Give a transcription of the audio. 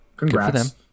Congrats